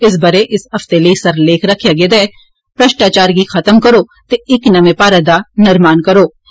इस बरे इस हफ्ते लेई सरलेख रक्खेआ गेदा ऐ 'भ्रष्टाचार गी खत्म करो ते इक नमे भारत दा निर्माण करौ'